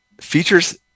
features